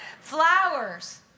Flowers